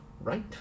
Right